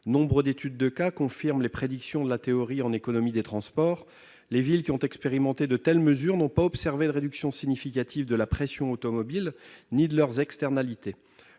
nombreuses études de cas confirment les prédictions de la théorie en économie des transports. Les villes ayant expérimenté une telle mesure n'ont pas observé de réduction significative de la pression automobile ni de leurs externalités.